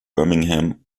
birmingham